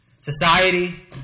Society